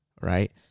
right